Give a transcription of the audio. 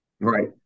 Right